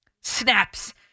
snaps